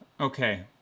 Okay